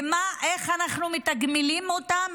ואיך אנחנו מתגמלים אותן?